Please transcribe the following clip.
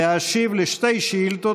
להשיב על שתי שאילתות,